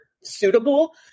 suitable